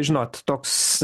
žinot toks